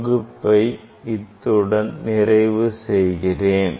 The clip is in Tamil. வகுப்பை இத்துடன் நிறைவு செய்கிறேன்